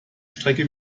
strecke